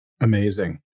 amazing